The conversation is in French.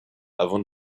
avant